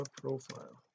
profile